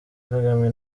kagame